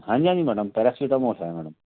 हाँ जी हाँ जी मैडम पैरासिटामोल है मैडम